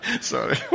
Sorry